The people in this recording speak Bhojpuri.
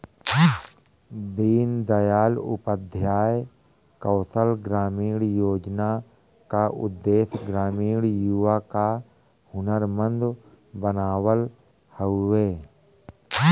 दीन दयाल उपाध्याय कौशल ग्रामीण योजना क उद्देश्य ग्रामीण युवा क हुनरमंद बनावल हउवे